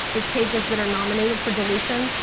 it's pages that are nominated for deletion.